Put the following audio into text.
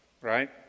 right